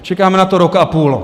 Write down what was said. Čekáme na to rok a půl.